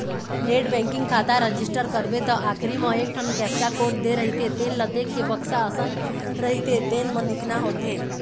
net banking खाता register करबे त आखरी म एकठन कैप्चा कोड दे रहिथे तेन ल देखके बक्सा असन रहिथे तेन म लिखना होथे